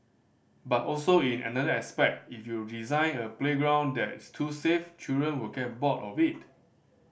but also in another aspect if you design a playground that's too safe children will get bored of it